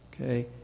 Okay